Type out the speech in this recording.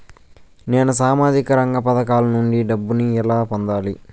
నేను సామాజిక రంగ పథకాల నుండి డబ్బుని ఎలా పొందాలి?